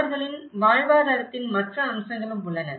அவர்களின் வாழ்வாதாரத்தின் மற்ற அம்சங்களும் உள்ளன